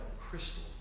crystal